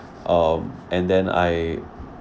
um and then I